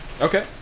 Okay